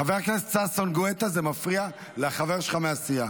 חבר הכנסת ששון גואטה, זה מפריע לחבר שלך מהסיעה.